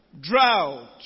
drought